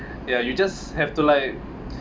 ya you just have to like